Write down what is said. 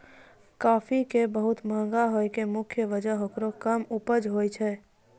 काफी के बहुत महंगा होय के मुख्य वजह हेकरो कम उपज होय छै